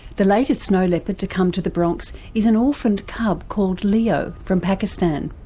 the latest snow leopard to come to the bronx is an orphaned cub called leo, from pakistan.